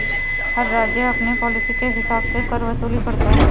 हर राज्य अपनी पॉलिसी के हिसाब से कर वसूली करता है